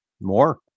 More